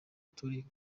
turi